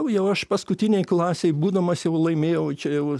jau aš paskutinėj klasėj būdamas jau laimėjau čia jau